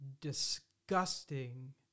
disgusting